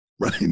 Right